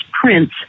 Prince